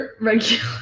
regular